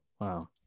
Wow